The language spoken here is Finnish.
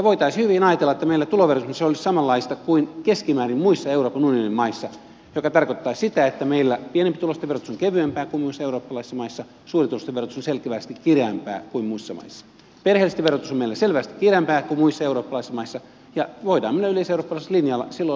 voitaisiin hyvin ajatella että meillä tuloverotus esimerkiksi olisi samanlaista kuin keskimäärin muissa euroopan unionin maissa mikä tarkoittaa sitä että nyt meillä pienempituloisten verotus on kevyempää kuin muissa eurooppalaisissa maissa suurituloisten verotus on selvästi kireämpää kuin muissa maissa perheellisten verotus on meillä selvästi kireämpää kuin muissa eurooppalaisissa maissa ja voidaan mennä yleiseurooppalaisella linjalla silloin olemme varmasti oikeudenmukaisia